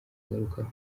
agarukaho